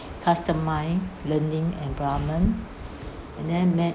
customise learning environment and then